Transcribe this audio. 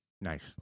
Nice